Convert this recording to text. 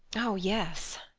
oh yes!